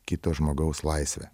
kito žmogaus laisvę